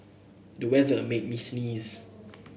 the weather made me sneeze